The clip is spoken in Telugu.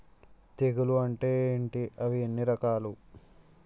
తెగులు అంటే ఏంటి అవి ఎన్ని రకాలు?